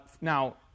Now